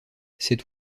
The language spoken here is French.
cet